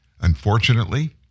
Unfortunately